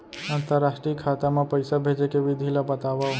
अंतरराष्ट्रीय खाता मा पइसा भेजे के विधि ला बतावव?